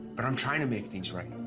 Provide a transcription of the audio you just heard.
but i'm trying to make things right,